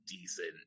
decent